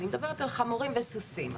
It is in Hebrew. אני מדברת על חמורים וסוסים.